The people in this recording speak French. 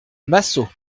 massot